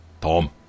Tom